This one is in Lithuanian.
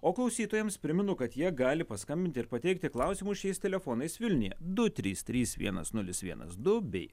o klausytojams primenu kad jie gali paskambinti ir pateikti klausimus šiais telefonais vilniuje du trys trys vienas nulis vienas du bei